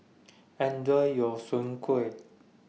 Enjoy your Soon Kueh